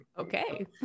Okay